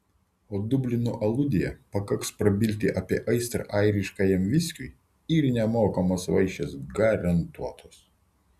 o dublino aludėje pakaks prabilti apie aistrą airiškajam viskiui ir nemokamos vaišės garantuotos